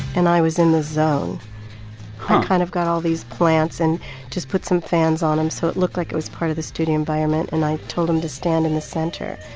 and i was in the zone. i kind of got all these plants and just put some fans on him so it looked like it was part of the studio environment. and i told him to stand in the center.